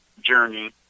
journey